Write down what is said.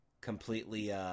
completely